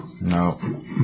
No